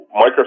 Microsoft